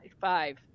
five